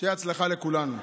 שיהיה בהצלחה לכולנו.